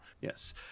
Yes